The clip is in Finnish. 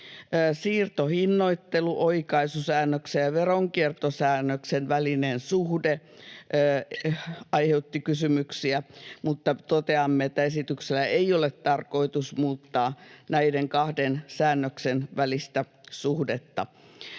Siirtohinnoitteluoikaisusäännöksen ja veronkiertosäännöksen välinen suhde aiheutti kysymyksiä, mutta toteamme, että esityksellä ei ole tarkoitus muuttaa näiden kahden säännöksen välistä suhdetta.